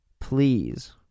Please